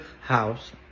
house